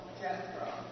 Jethro